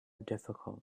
difficult